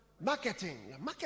marketing